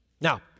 Now